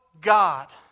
God